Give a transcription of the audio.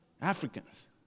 Africans